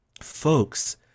folks